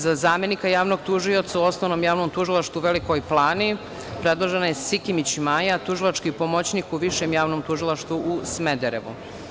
Za zamenika javnog tužioca u Osnovnom javnom tužilaštvu u Velikoj Plani predložena je Sikimić Maja, tužilački pomoćnik u Višem javnom tužilaštvu u Smederevu.